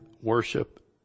worship